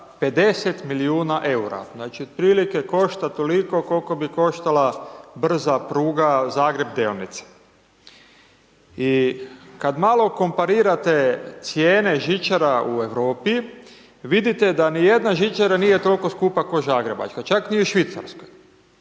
50 milijuna eura, znači otprilike košta toliko koliko bi koštala brza pruga Zagreb – Delnice. I kad malo komparirate cijene žičara u Europi vidite da ni jedna žičara nije toliko skupa ko' zagrebačka, čak ni u Švicarskoj,